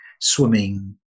swimming